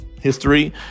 history